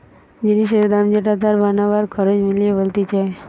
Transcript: জিনিসের দাম যেটা তার বানাবার খরচ মিলিয়ে বলতিছে